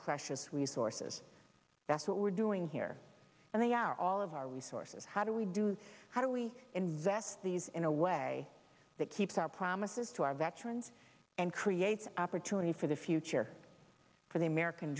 precious resources that's what we're doing here and they are all of our resources how do we do how do we invest these in a way that keeps our promises to our veterans and creates opportunities for the future for the american